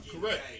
Correct